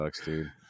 dude